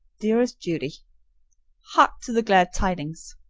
dearest judy hark to the glad tidings!